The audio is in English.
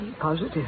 Positive